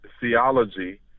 theology